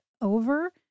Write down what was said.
over